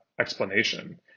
explanation